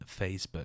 Facebook